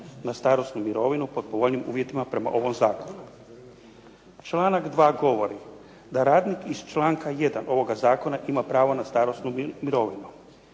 na starosnu mirovinu pod povoljnijim uvjetima prema ovom zakonu. Članak 2. govori da radnik iz članka 1. ovoga zakona ima pravo na starosnu mirovinu.